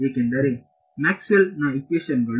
ಏಕೆಂದರೆ ಮ್ಯಾಕ್ಸ್ವೆಲ್ನ ಇಕ್ವೇಶನ್ಗಳು